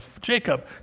Jacob